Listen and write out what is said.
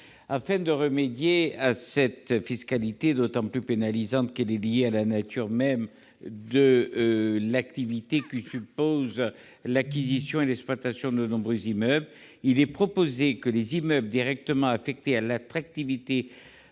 Afin de remédier à cette fiscalité d'autant plus pénalisante qu'elle est liée à la nature même de l'activité, laquelle suppose l'acquisition et l'exploitation de nombreux immeubles, il est proposé que les immeubles directement affectés à l'activité